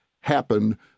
happen